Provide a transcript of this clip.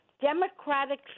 Democratic